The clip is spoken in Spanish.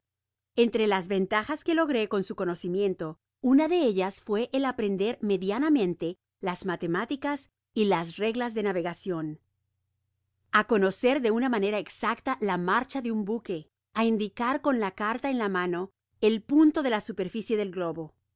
entre las ventajas que logré con su conocimiento una de ellas fué el aprender medianamente las matemáticas y las reglas de la navegacion á conocer de una manera exacta la marcha de un buque á indicar con la carta en la mano el punto de la superficie del globo